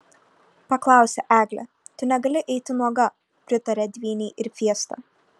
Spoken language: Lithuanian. paklausė eglė tu negali eiti nuoga pritarė dvynei ir fiesta